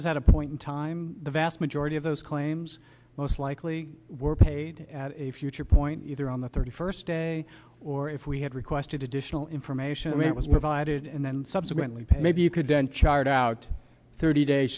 is at a point in time the vast majority of those claims most likely were paid at a future point either on the thirty first day or if we had requested additional information that was provided and then subsequently pay maybe you could then chart out thirty days